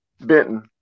Benton